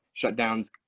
shutdowns